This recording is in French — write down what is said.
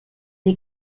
les